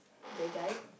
that guy